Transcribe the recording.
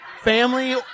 family